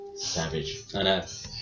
savage